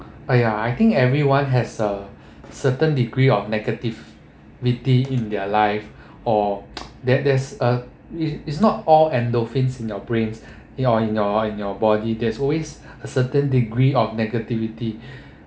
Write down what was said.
uh ya I think everyone has a certain degree of negativity in their life or that that's uh it it's not all endorphins in your brains in your in your in your body there's always a certain degree of negativity